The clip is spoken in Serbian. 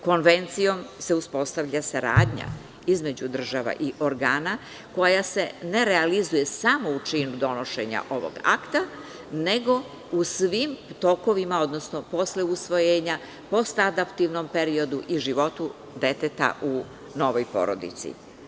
Konvencijom se uspostavlja saradnja između država i organa koja se ne realizuje samo u činu donošenja ovog akta, nego u svim tokovima, odnosno posle usvojenja, postadaptivnom periodu i životu deteta u novoj porodici.